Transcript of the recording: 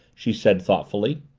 she said thoughtfully.